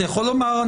אתה יכול לומר,